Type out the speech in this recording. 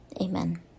amen